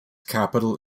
capital